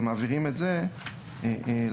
ומעבירים את זה להמשך.